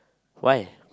why